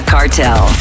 Cartel